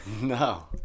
no